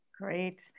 Great